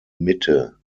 mitte